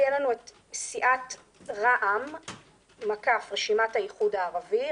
תהיה לנו סיעת רע"מ-רשימת האיחוד הערבי.